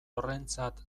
horrentzat